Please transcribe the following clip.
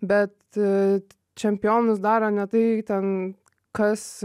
bet čempionus daro ne tai ten kas